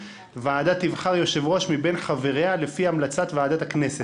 הוועדה תבחר יושב-ראש מבין חבריה לפי המלצת ועדת הכנסת.